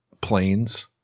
planes